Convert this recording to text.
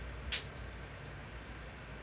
mm